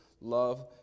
love